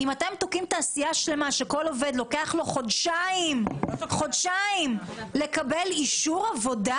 אם אתם תוקעים תעשייה שלמה שלכל עובד לוקח לו חודשיים לקבל אישור עבודה